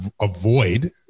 avoid